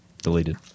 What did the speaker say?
Deleted